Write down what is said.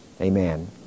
Amen